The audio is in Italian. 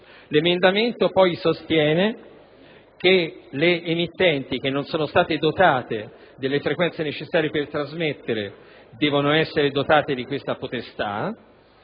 L'emendamento poi sostiene che le emittenti che non sono state dotate delle frequenze necessarie per trasmettere devono essere dotate di questa potestà.